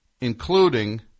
including